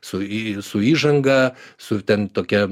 su į su įžanga su ten tokia